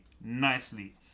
nicely